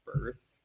birth